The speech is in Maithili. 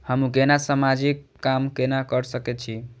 हमू केना समाजिक काम केना कर सके छी?